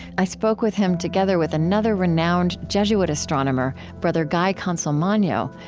i spoke with him, together with another renowned jesuit astronomer, brother guy consolmagno,